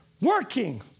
working